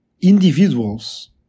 individuals